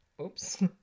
Oops